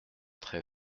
très